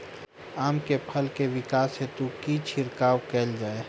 आम केँ फल केँ विकास हेतु की छिड़काव कैल जाए?